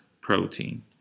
protein